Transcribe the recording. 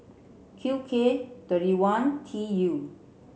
Q K thirty one T U